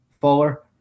Fuller